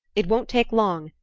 it won't take long,